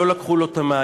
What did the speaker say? לא לקחו לו את המעיין.